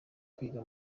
kwiga